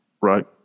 Right